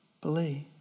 believe